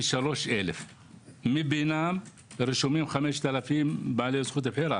23,000.בהם רשומים 5,000 בעלי זכות בחירה.